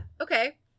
okay